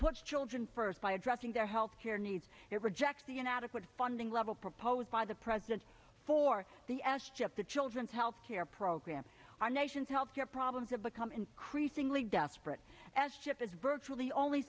puts children first by addressing their healthcare needs it rejects the inadequate funding level proposed by the president for the s chip the children's health care program our nation's health care problems have become increasingly desperate as chip is virtually only